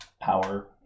power